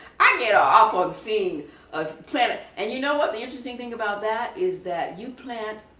i get off on seeing us plant and you know what's the interesting thing about that is that you plant